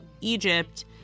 Egypt